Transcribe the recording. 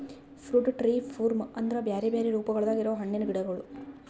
fruit tree form ಅಂದುರ್ ಬ್ಯಾರೆ ಬ್ಯಾರೆ ರೂಪಗೊಳ್ದಾಗ್ ಇರವು ಹಣ್ಣಿನ ಗಿಡಗೊಳ್